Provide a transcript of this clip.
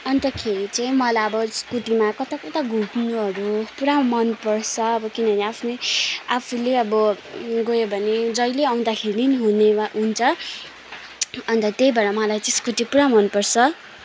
अन्तखेरि चाहिँ मलाई अब स्कुटीमा कताकता घुम्नुहरू पुरा मन पर्छ अब किनभने आफ्नै आफुले अब गयो भने जहिले आउँदाखेरि पनि हुने वा हुन्छ अन्त त्यही भएर मलाई चाहिँ स्कुटी पुरा मन पर्छ